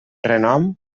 renom